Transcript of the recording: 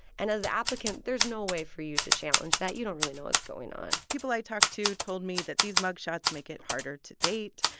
and as the applicant, there's no way for you to challenge that. you don't really know what's going on people i talked to told me that these mug shots make it harder to date.